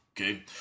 Okay